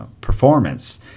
performance